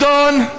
קסניה.